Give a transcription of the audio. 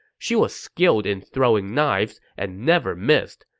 she was skilled in throwing knives and never missed.